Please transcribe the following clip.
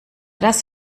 das